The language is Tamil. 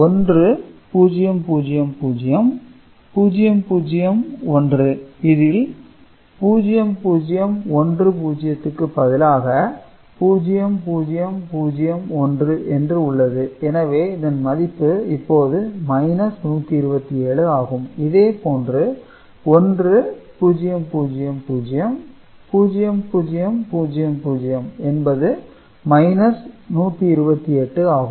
1000 0001 இதில் 0010 க்கு பதிலாக 0001 என்று உள்ளது எனவே இதன் மதிப்பு இப்போது 127 ஆகும் இதேபோன்று 1000 0000 என்பது 128 ஆகும்